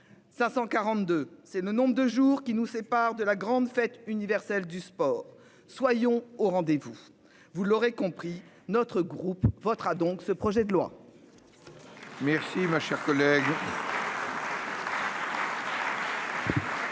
542 c'est le nombre de jours qui nous séparent de la grande fête universelle du sport soyons au rendez-vous vous l'aurez compris, notre groupe votera donc ce projet de loi. Merci ma chère collègue.